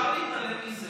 אפשר להתעלם מזה